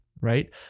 right